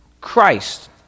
Christ